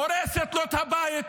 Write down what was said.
הורסת לו הבית,